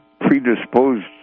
predisposed